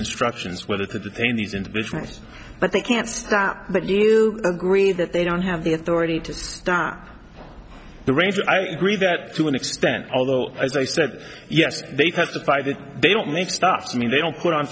instructions whether to detain these individuals but they can't stop that you agree that they don't have the authority to stop the ranger i agree that to an extent although as i said yes they testify that they don't make stuff to me they don't put on